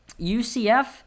UCF